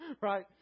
Right